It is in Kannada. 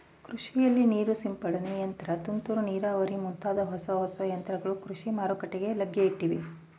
ಕೃಷಿಯಲ್ಲಿ ನೀರು ಸಿಂಪಡನೆ ಯಂತ್ರ, ತುಂತುರು ನೀರಾವರಿ ಮುಂತಾದ ಹೊಸ ಹೊಸ ಯಂತ್ರಗಳು ಕೃಷಿ ಮಾರುಕಟ್ಟೆಗೆ ಲಗ್ಗೆಯಿಟ್ಟಿವೆ